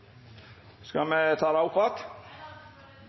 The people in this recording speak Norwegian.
skal ta det